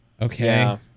okay